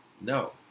No